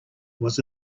was